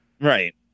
Right